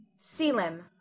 Selim